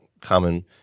common